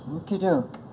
okey-doke.